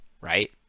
right